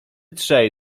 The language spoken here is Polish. trzej